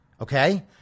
Okay